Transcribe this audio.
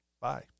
Bye